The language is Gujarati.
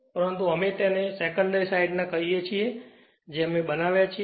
પરંતુ અમે તેને સેકન્ડરી સાઈડના કહીયે છીએ જે અમે બનાવ્યા છીએ